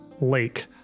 lake